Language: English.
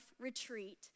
retreat